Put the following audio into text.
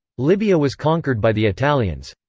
libya was conquered by the italians.